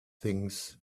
things